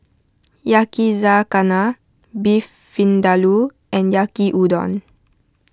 Yakizakana Beef Vindaloo and Yaki Udon